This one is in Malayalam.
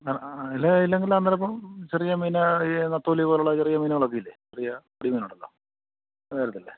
ഇല്ലേ ഇല്ലെങ്കില് അന്നേരം ഇപ്പോള് ചെറിയ മീന് ഈ നത്തോലി പോലുള്ള ചെറിയ മീനുകളൊക്കെയില്ലേ ചെറിയ പൊടി മീനുണ്ടല്ലോ അതു വരത്തില്ലേ